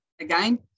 again